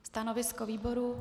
Stanovisko výboru?